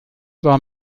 war